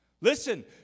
Listen